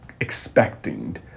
expecting